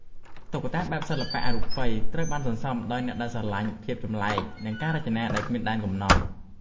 តុក្កតាបែប សិល្បៈអរូបិយ ត្រូវបានសន្សំដោយអ្នកដែលស្រឡាញ់ភាពចម្លែក និងការរចនាដែលគ្មានដែនកំណត់។